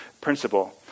principle